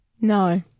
No